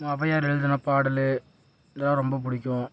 ஒளவையார் எழுதின பாடல் இதெல்லாம் ரொம்ப பிடிக்கும்